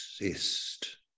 exist